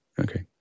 Okay